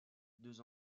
deux